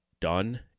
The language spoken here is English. done